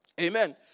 Amen